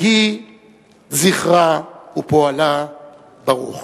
יהי זכרה ופועלה ברוך.